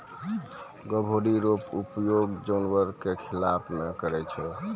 गभोरी रो प्रयोग जानवर के खिलाय मे करै छै